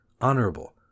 honorable